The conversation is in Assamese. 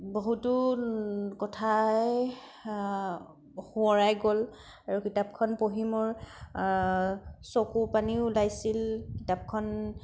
বহুতো কথাই সোঁৱৰাই গ'ল আৰু কিতাপখন পঢ়ি মোৰ চকু পানীও ওলাইছিল কিতাপখন